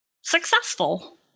successful